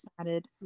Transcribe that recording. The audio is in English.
excited